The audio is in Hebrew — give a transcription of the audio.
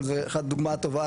אבל זאת דוגמה טובה.